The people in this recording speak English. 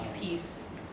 peace